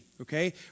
okay